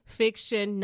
fiction